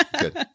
good